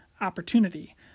opportunity